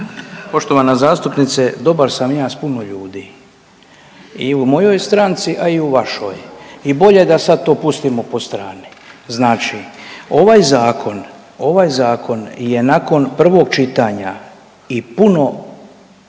Poštovana zastupnice, dobar sam ja s puno ljudi i u mojoj stranci, a i u vašoj i bolje da sad to pustimo po strani. Znači ovaj zakon, ovaj zakon je nakon prvog čitanja i puno